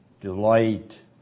delight